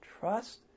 Trust